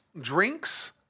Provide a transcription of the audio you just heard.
drinks